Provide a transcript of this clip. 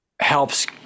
helps